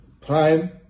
Prime